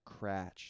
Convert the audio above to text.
cratch